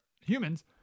humans